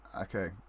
Okay